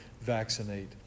vaccinate